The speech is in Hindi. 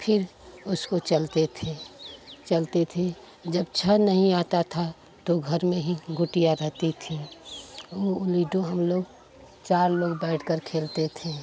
फ़िर उसको चलते थे चलते थे जब छः नहीं आता था तो घर में ही गोटियाँ रहती थीं ऊ लीडो हम लोग चार लोग बैठकर खेलते थे